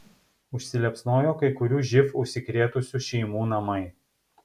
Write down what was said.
užsiliepsnojo kai kurių živ užsikrėtusių šeimų namai